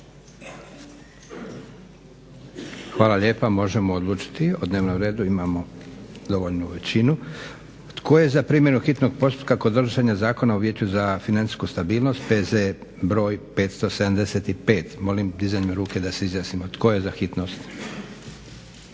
Hvala lijepa. Možemo odlučiti o dnevnom redu. Imamo dovoljnu većinu. Tko je za primjenu hitnog postupka kod donošenja Zakona o Vijeću za financijsku stabilnost, P.Z. br. 575. Molim dizanjem ruke da se izjasnimo tko je za hitnost?